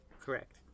Correct